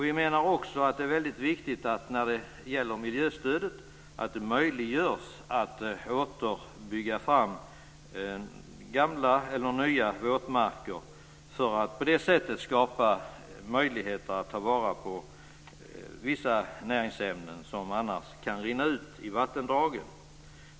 Vi menar också att det är väldigt viktigt när det gäller miljöstödet att man gör det möjligt att åter bygga fram gamla eller nya våtmarker för att på det sättet skapa möjlighet att ta vara på vissa näringsämnen som annars kan rinna ut i vattendragen.